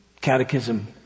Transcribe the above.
catechism